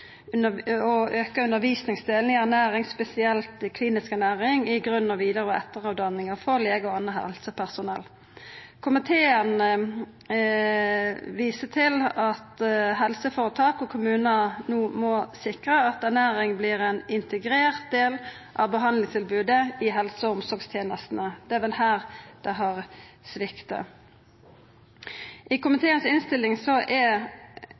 for å auka undervisningsdelen i ernæring – spesielt klinisk ernæring – i grunn-, vidare- og etterutdanninga for legar og anna helsepersonell. Komiteen viser til at helseføretak og kommunar no må sikra at ernæring vert ein integrert del av behandlingstilbodet i helse- og omsorgstenestene. Det er vel her det har svikta. I komitéinnstillinga er